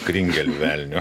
kringel velniu